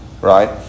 right